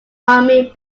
army